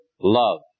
love